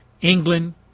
England